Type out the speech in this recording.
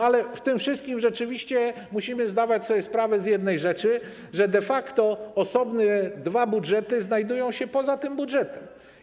Ale w tym wszystkim rzeczywiście musimy zdawać sobie sprawę z jednej rzeczy, że de facto osobne dwa budżety znajdują się poza tym budżetem.